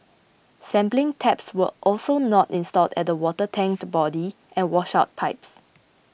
sampling taps were also not installed at the water tank body and washout pipes